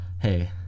Hey